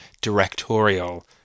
directorial